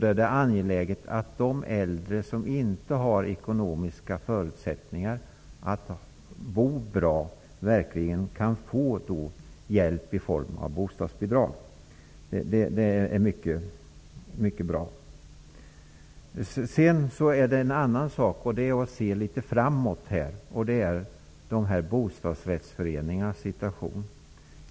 Det är då angeläget att de äldre, som inte har ekonomiska förutsättningar för att bo bra, får hjälp genom bostadsbidrag. Vi bör också se litet framåt vad gäller bostadsrättsföreningarnas situation.